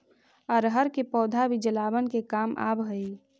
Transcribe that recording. अरहर के पौधा भी जलावन के काम आवऽ हइ